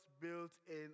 built-in